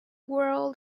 world